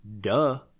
duh